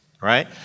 right